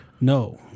No